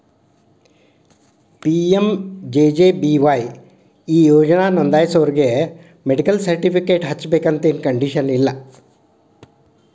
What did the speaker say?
PMJJBY ಈ ಯೋಜನಾ ನೋಂದಾಸೋರಿಗಿ ಮೆಡಿಕಲ್ ಸರ್ಟಿಫಿಕೇಟ್ ಹಚ್ಚಬೇಕಂತೆನ್ ಕಂಡೇಶನ್ ಇಲ್ಲ